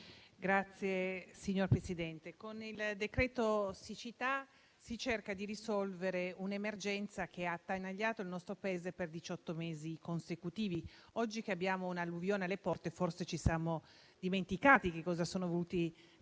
Signor Presidente, con il decreto-legge siccità si cerca di risolvere un'emergenza che ha attanagliato il nostro Paese per diciotto mesi consecutivi. Oggi che abbiamo un'alluvione alle porte forse ci siamo dimenticati di cosa ha